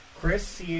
chris